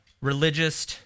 religious